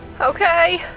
okay